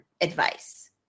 advice